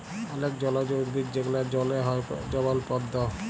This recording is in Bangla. অলেক জলজ উদ্ভিদ যেগলা জলে হ্যয় যেমল পদ্দ